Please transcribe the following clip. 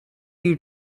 you